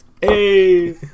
Hey